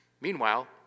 Meanwhile